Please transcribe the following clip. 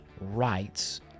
rights